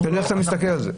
תלוי איך אתה מסתכל על זה.